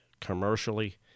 commercially